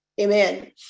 Amen